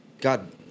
God